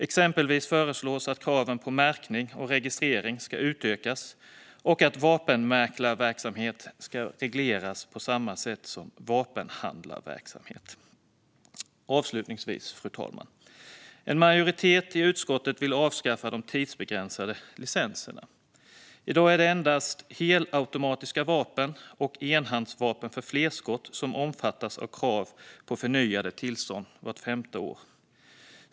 Exempelvis föreslås att kraven på märkning och registrering ska utökas och att vapenmäklarverksamhet ska regleras på samma sätt som vapenhandlarverksamhet. Fru talman! Avslutningsvis: En majoritet i utskottet vill avskaffa de tidsbegränsade licenserna. I dag är det endast helautomatiska vapen och enhandsvapen för flerskott som omfattas av krav på förnyade tillstånd vart femte år.